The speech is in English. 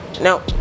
No